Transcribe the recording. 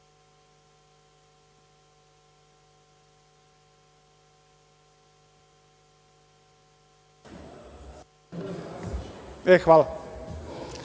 Hvala